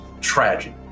tragic